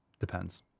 Depends